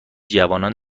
جوانان